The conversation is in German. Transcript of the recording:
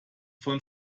von